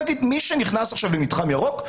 להגיד שמי שנכנס עכשיו למתחם ירוק,